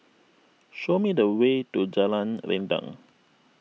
show me the way to Jalan Rendang